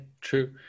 true